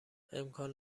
امکان